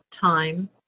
time